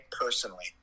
personally